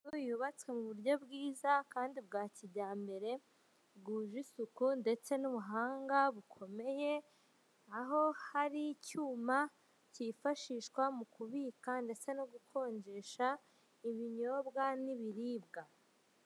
Inzu yubatswe mu buryo bwiza kandi bwa kijyambere, bwuje isuku ndetse n'ubuhanga bukomeye aho hari icyuma cyifashishwa mu kubika ndetse no gukonjesha, ibinyobwa n'ibiribwa.